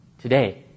today